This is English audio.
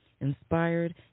inspired